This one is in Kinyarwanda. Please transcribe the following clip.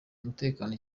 umutekano